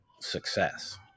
success